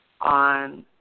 on